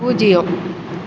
பூஜ்யம்